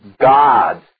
God